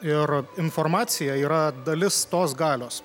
ir informacija yra dalis tos galios